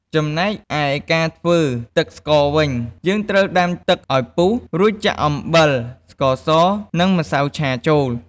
ចំណែកឯការធ្វើទឺកស្ករវិញ យើងត្រូវដាំទឺកឱ្យពុះ រួចចាក់អំបិល ស្ករស និងម្សៅឆាចូល។